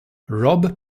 rob